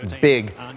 big